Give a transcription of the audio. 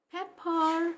Pepper